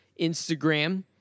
Instagram